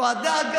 היא נועדה,